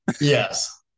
Yes